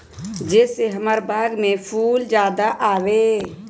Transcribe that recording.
जे से हमार बाग में फुल ज्यादा आवे?